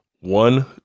One